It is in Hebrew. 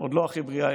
עוד לא הכי בריאה.